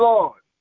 Lord